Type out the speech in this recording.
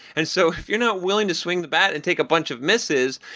and so if you're not willing to swing the bat and take a bunch of misses,